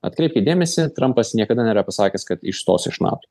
atkreipkit dėmesį trampas niekada nėra pasakęs kad iš tos iš nato